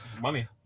money